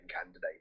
Candidate